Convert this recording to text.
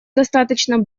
достаточно